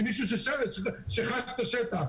עם מישהו שחי את השטח.